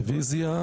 רביזיה.